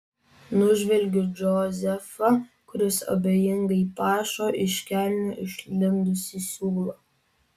nužvelgiu džozefą kuris abejingai pašo iš kelnių išlindusį siūlą